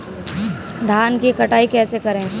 धान की कटाई कैसे करें?